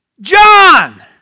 John